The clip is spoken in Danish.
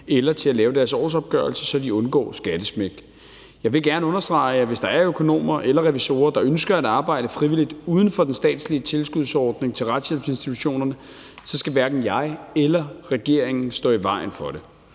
eller til at lave deres årsopgørelse, så de undgår skattesmæk. Jeg vil gerne understrege, at hvis der er økonomer eller revisorer, der ønsker at arbejde frivilligt uden for den statslige tilskudsordning til retshjælpsinstitutionerne, skal hverken jeg eller regeringen stå i vejen for det.